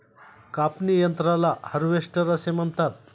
कापणी यंत्राला हार्वेस्टर असे म्हणतात